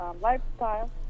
lifestyle